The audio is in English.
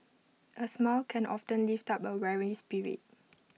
A smile can often lift up A weary spirit